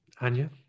Anya